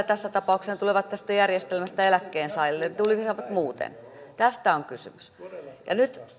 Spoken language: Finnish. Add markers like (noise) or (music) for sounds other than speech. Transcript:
(unintelligible) tässä tapauksessa ne tulevat tästä järjestelmästä eläkkeensaajille ne tulisivat muuten tästä on kysymys nyt